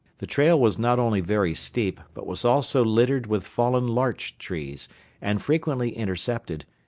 the trail was not only very steep but was also littered with fallen larch trees and frequently intercepted,